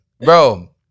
bro